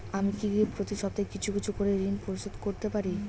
আমি কি প্রতি সপ্তাহে কিছু কিছু করে ঋন পরিশোধ করতে পারি?